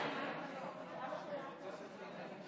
את מתנגדת לחוק?